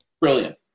brilliant